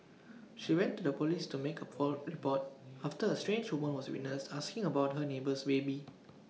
she went to the Police to make A port report after A strange woman was witnessed asking about her neighbour's baby